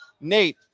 Nate